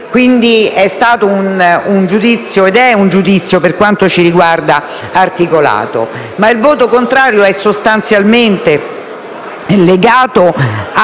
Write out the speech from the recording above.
Grazie,